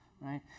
right